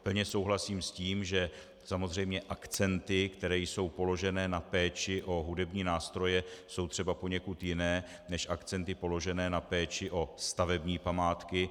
Plně souhlasím s tím, že samozřejmě akcenty, které jsou položené na péči o hudební nástroje, jsou poněkud jiné než akcenty položené na péči o stavební památky.